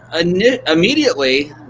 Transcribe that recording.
immediately